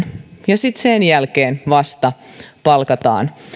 ja sitten vasta sen jälkeen palkataan